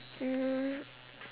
mm